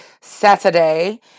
Saturday